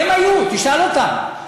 הם היו, תשאל אותם.